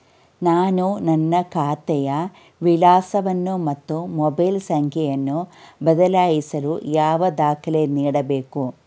ನಾನು ನನ್ನ ಖಾತೆಯ ವಿಳಾಸವನ್ನು ಮತ್ತು ಮೊಬೈಲ್ ಸಂಖ್ಯೆಯನ್ನು ಬದಲಾಯಿಸಲು ಯಾವ ದಾಖಲೆ ನೀಡಬೇಕು?